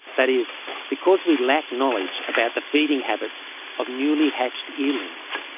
that is because we lack knowledge about the feeding habits of newly hatched eelings,